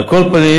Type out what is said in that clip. על כל פנים,